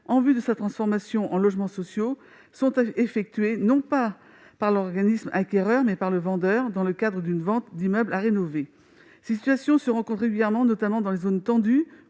en vue de sa transformation en logements sociaux, sont effectués, non pas par l'organisme acquéreur, mais par le vendeur dans le cadre d'une vente d'immeuble à rénover. On rencontre régulièrement ce type de situations, notamment dans les zones tendues